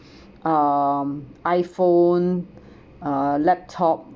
um I phone uh laptop